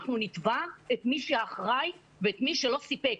אנחנו נתבע את מי שאחראי ואת מי שלא סיפק.